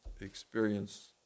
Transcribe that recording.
experience